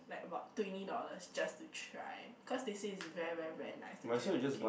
like about twenty dollars just to try cause they say it is very very very nice the durian mooncake